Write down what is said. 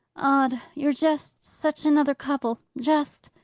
odd! you're just such another couple. just!